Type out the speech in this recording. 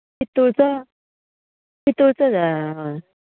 पितूळचो पितूळचो जाय हय